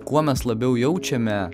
kuo mes labiau jaučiame